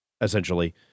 essentially